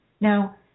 Now